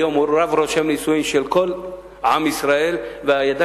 היום הוא רב רושם נישואים של כל עם ישראל והעדה